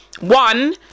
One